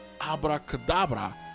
abracadabra